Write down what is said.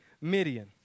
Midian